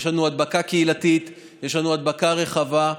יש לנו הדבקה קהילתית, יש לנו הדבקה רחבה.